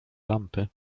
lampy